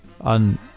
on